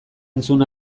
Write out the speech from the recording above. entzun